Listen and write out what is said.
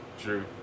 True